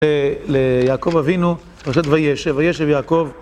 ליעקב אבינו, פרשת וישב, וישב יעקב